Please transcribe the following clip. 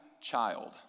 child